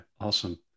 Awesome